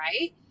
right